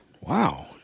Wow